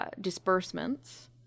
Disbursements